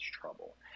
trouble